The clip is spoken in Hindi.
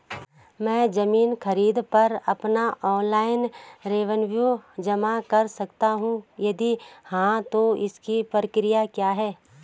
मैं ज़मीन खरीद पर अपना ऑनलाइन रेवन्यू जमा कर सकता हूँ यदि हाँ तो इसकी प्रक्रिया क्या है?